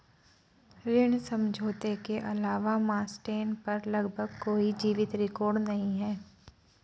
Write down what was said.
ऋण समझौते के अलावा मास्टेन पर लगभग कोई जीवित रिकॉर्ड नहीं है